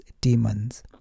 demons